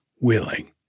willing